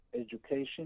education